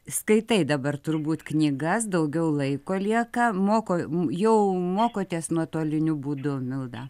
skaitai dabar turbūt knygas daugiau laiko lieka moko jau mokotės nuotoliniu būdu milda